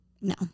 No